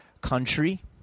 country